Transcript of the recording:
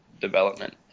development